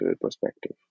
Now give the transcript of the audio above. perspective